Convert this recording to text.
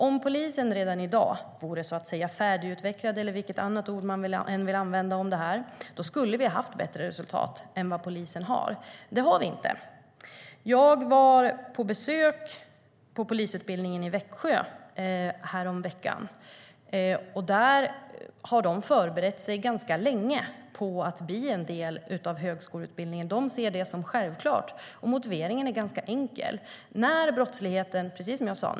Om polisen redan i dag vore färdigutvecklad, eller vilket annat ord man än vill använda om det, skulle vi haft bättre resultat än vad polisen har, men det har vi inte. Jag var på besök på polisutbildningen i Växjö häromveckan. Där har de förberett sig ganska länge på att bli en del av högskoleutbildningen. De ser det som självklart. Motiveringen är ganska enkel.